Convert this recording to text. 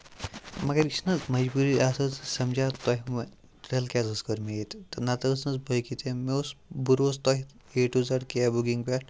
مگر یہِ چھِنہٕ حظ مجبوری آسان ژٕ سمجا تۄہہِ وۄنۍ تیٚلہِ کیازِ حظ کٔرۍ مےٚ یہِ نَتہٕ ٲسۍ نہٕ حظ باقٕے تہِ مےٚ اوس بروسہٕ تۄہہِ A to Z cab booking پٮ۪ٹھ